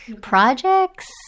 projects